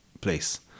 place